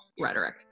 rhetoric